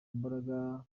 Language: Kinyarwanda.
imbaraga